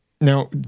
Now